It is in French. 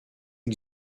que